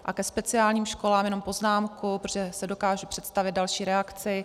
A ke speciálním školám jenom poznámku, protože si dokážu představit další reakci.